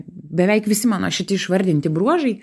beveik visi mano šiti išvardinti bruožai